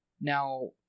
Now